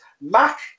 Mac